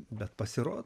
bet pasirodo